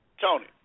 Tony